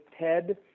Ted